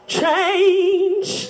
change